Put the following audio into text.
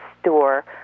store